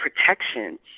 protection